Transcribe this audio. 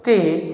ते